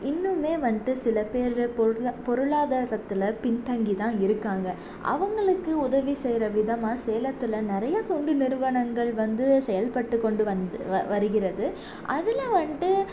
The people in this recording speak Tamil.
இன்னுமே வந்துட்டு சிலப்பேர் பொருளா பொருளாதாரத்தில் பின்தங்கி தான் இருக்காங்க அவர்களுக்கு உதவி செய்யுற விதமாக சேலத்தில் நிறையா தொண்டு நிறுவனங்கள் வந்து செயல்பட்டு கொண்டு வந்து வ வருகிறது அதில் வந்துட்டு